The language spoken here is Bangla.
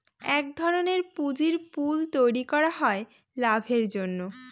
এক ধরনের পুঁজির পুল তৈরী করা হয় লাভের জন্য